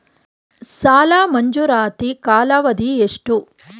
ಸಾಲ ಮಂಜೂರಾತಿ ಕಾಲಾವಧಿ ಎಷ್ಟು?